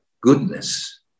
goodness